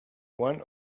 one